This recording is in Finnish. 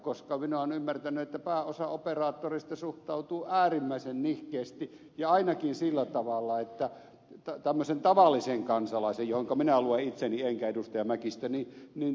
minä olen ymmärtänyt että pääosa operaattoreista suhtautuu äärimmäisen nihkeästi ja ainakin sillä tavalla että tämmöisen tavallisen kansalaisen johonka minä luen itseni enkä ed